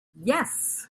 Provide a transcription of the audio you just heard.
yes